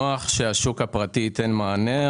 שהשוק הפרטי ייתן מענה,